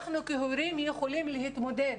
אנחנו כהורים יכולים להתמודד,